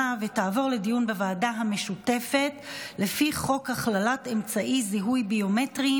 לוועדה המשותפת לפי חוק הכללת אמצעי זיהוי ביומטריים